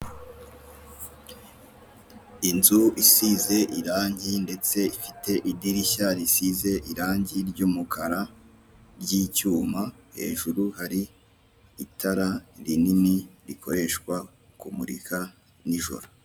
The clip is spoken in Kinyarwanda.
Inzu isize irangi ndetse ifite idirishya risize irangi ry'umukara, ry'icyuma, hejuru hari itara rinini rikoreshwa kumurika nijoro.